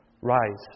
Rise